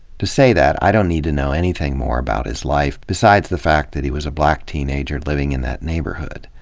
to say that, i don't need to know anything more about his life besides the fact that he was a black teenager living in that neighborhood.